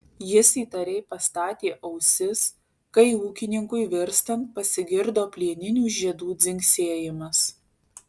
jis įtariai pastatė ausis kai ūkininkui virstant pasigirdo plieninių žiedų dzingsėjimas